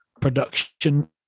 production